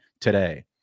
today